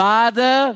Father